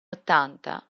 ottanta